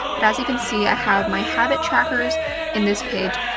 but as you can see, i have my habit trackers in this page.